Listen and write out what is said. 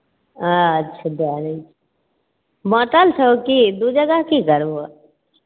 अच्छे दए दइ बांटल छहो की दू जगह की करबहो